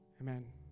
Amen